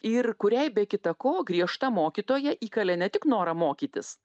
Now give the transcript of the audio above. ir kuriai be kita ko griežta mokytoja įkalė ne tik norą mokytis